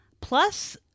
plus